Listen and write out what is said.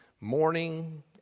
morning